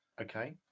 Okay